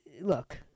Look